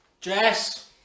Jess